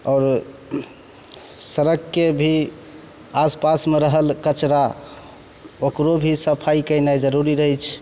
आओरो सड़कके भी आसपासमे रहल कचड़ा ओकरो भी सफाइ केनाइ जरूरी रहय छै